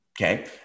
Okay